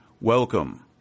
welcome